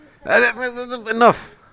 Enough